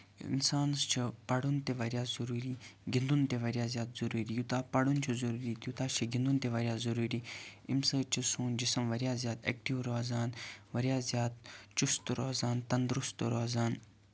اَنسانَس چھُ پَرُن تہِ واریاہ ضروٗری گِنٛدُن تہِ واریاہ زیادٕ ضروٗری یوٗتاہ پَرُن چھُ ضروٗری توٗتاہ چھُ گِنٛدُن تہِ واریاہ ضروٗری اَمہِ سۭتۍ چھُ سوٚن جِسٕم واریاہ زیادٕ ایٚکٹیٛوٗ روزان واریاہ زیادٕ چُست روزان تَنٛدرُست روزان